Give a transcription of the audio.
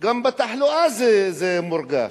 גם בתחלואה זה מורגש.